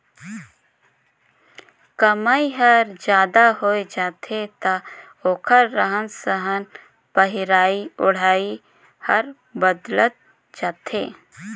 कमई हर जादा होय जाथे त ओखर रहन सहन पहिराई ओढ़ाई हर बदलत जाथे